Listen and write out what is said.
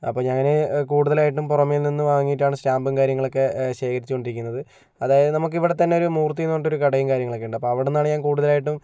അപ്പോൾ ഞാൻ കൂടുതലായിട്ടും പുറമേ നിന്നു വാങ്ങിയിട്ടാണ് സ്റ്റാമ്പും കാര്യങ്ങളും ഒക്കെ ശേഖരിച്ചുക്കൊണ്ടിരിക്കുന്നത് അതായത് നമുക്കിവിടെ തന്നൊരു മൂര്ത്തിയെന്ന് പറഞ്ഞിട്ടൊരു കടയും കാര്യങ്ങളും ഒക്കെ ഉണ്ട് അപ്പോൾ അവിടെനിന്നാണ് ഞാന് കൂടുതലായിട്ടും